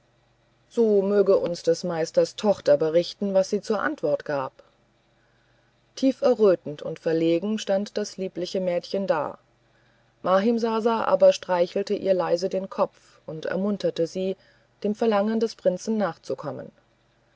so möge uns also des meisters tochter berichten was sie zur antwort gab tief errötend und verlegen stand das liebliche mädchen da mahimsasa aber streichelte ihr leise den kopf und ermunterte sie dem verlangen des prinzen nachzukommen